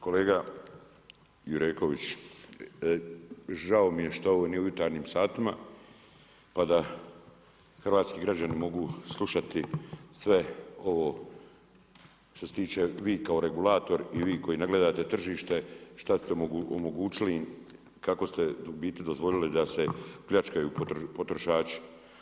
Kolega Jureković, žao mi je što ovo nije u jutarnjim satima pa da hrvatski građani mogu slušati sve ovo što se tiče, vi kao regulator i vi koji nagledate tržište šta ste omogućili im, kako ste u biti dozvolili da se pljačkaju potrošači.